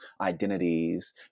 identities